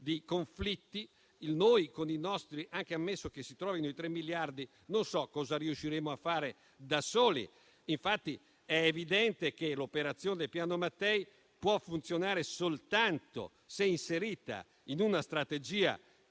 contesto di conflitti, anche ammesso che si trovino i tre miliardi, non so cosa riusciremo a fare da soli. È infatti evidente che l'operazione del Piano Mattei potrà funzionare soltanto se inserita in una strategia